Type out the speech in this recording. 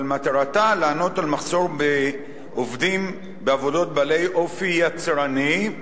אבל מטרתה לענות על מחסור בעובדים בעבודות בעלות אופי "יצרני"